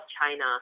China